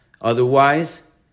Otherwise